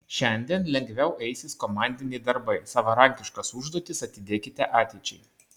šiandien lengviau eisis komandiniai darbai savarankiškas užduotis atidėkite ateičiai